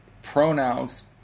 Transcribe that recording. Pronouns